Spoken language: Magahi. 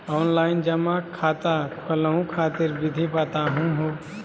ऑनलाइन जमा खाता खोलहु खातिर विधि बताहु हो?